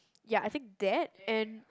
ya I think that and